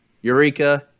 eureka